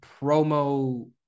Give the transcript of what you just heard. promo